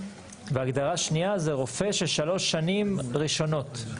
וההגדרה השנייה זה רופא ששלוש שנים ראשונות.